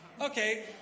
okay